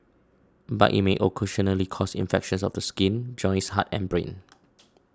but it may occasionally cause infections of the skin joints heart and brain